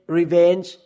revenge